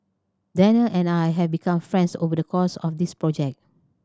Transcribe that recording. Danial and I have become friends over the course of this project